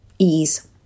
ease